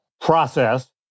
process